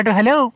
Hello